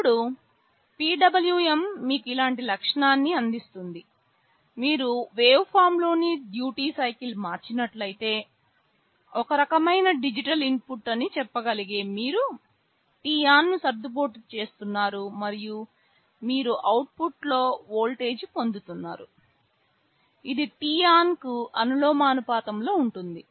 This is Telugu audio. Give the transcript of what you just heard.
ఇప్పుడు PWM మీకు ఇలాంటి లక్షణాన్ని అందిస్తుంది మీరు వేవ్ఫార్మ్ లోని డ్యూటీ సైకిల్ మార్చినట్లయితే ఒకరకమైన డిజిటల్ ఇన్పుట్ అని చెప్పగలిగే మీరు t on సర్దుబాటు చేస్తున్నారు మరియు మీరు అవుట్పుట్లో వోల్టేజ్ పొందుతున్నారు ఇది ఆ t on కు అనులోమానుపాతంలో ఉంటుంది